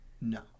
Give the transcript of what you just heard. No